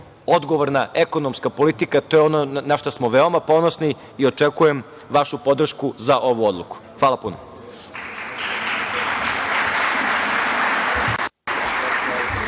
odgovorna ekonomska politika, to je ono na šta smo veoma ponosni i očekujem vašu podršku za ovu odluku. Hvala puno.